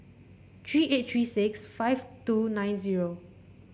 three eight three six five two nine zero